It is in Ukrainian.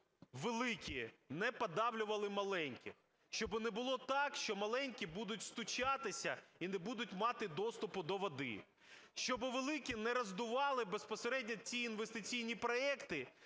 великі не подавлювали маленьких. Щоби не було так, що маленькі будуть стучатися і не будуть мати доступу до води, щоби великі не роздували безпосередньо ті інвестиційні проекти